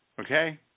Okay